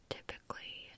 Typically